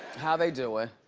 how they do it.